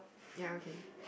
ya okay